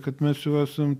kad mes jau esam